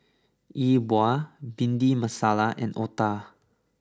E Bua Bhindi Masala and Otah